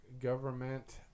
government